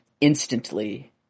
instantly